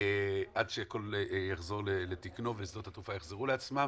עד שהכול יחזור לתקנו ושדות התעופה יחזרו לעצמם,